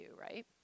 right